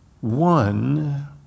one